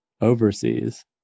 overseas